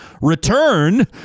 return